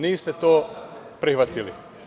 Niste to prihvatili.